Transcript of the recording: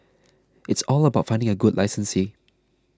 it's all about finding a good licensee